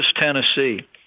Tennessee